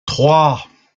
trois